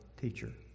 teacher